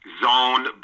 zone